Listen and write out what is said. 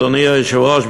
אדוני היושב-ראש,